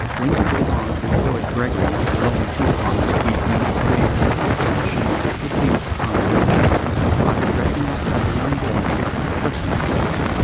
wendy goes on to exploit gregory, the lone pea farmer's weak mental state and his obsession with his deceased son joshua by dressing up as a young boy and impersonating him.